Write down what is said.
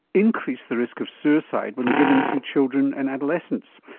increase the risk of suicide when given to children and adolescents?